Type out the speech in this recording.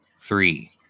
Three